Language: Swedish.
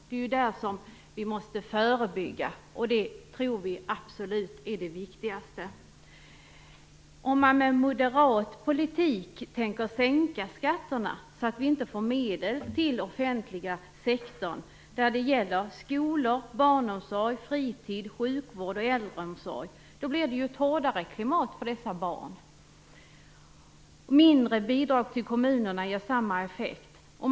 Det är där vi måste förebygga. Det tror vi absolut är det viktigaste. Om man med moderat politik tänker sänka skatterna så att vi inte får medel till offentliga sektorn, dvs. skolor, barnomsorg, fritid, sjukvård och äldreomsorg, blir det ett hårdare klimat för dessa barn. Mindre bidrag till kommunerna ger samma effekt.